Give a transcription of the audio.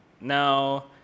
now